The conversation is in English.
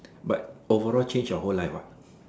but overall change your whole life what